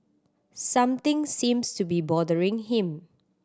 something seems to be bothering him